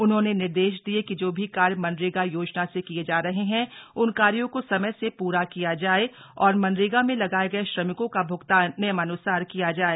उन्होंने निर्देश दिये कि जो भी कार्य मनरेगा योजना से किए जा रहे हैं उन कार्यों को समय से पूरा किया जाए और मनरेगा में लगाए गए श्रमिकों का भ्गतान नियमान्सार किया जाए